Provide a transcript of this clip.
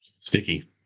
Sticky